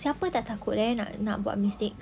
siapa tak takut leh nak nak buat mistakes